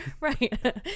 right